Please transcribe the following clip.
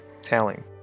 telling